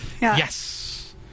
Yes